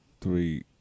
three